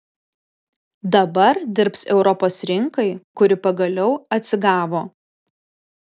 dabar dirbs europos rinkai kuri pagaliau atsigavo